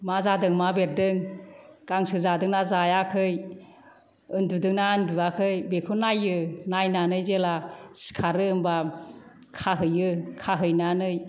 मा जादों मा बेरदों गांसो जादोंना जायाखै उन्दुदोंना उन्दुआखै बेखौ नायो नायनानै जेब्ला सिखारो होमबा खाहैयो खाहैनानैै